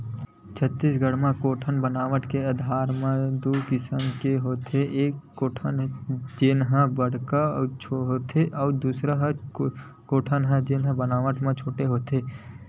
छत्तीसगढ़ म कोटना बनावट के आधार म दू किसम के होथे, एक कोटना जेन बड़का होथे अउ दूसर कोटना जेन बनावट म छोटे होथे